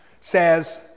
says